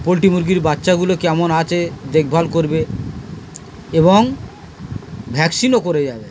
poultry মুরগির বাচ্চাগুলো কেমন আছে দেখভাল করবে এবং ভ্যাকসিনও করে যাবে